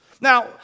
Now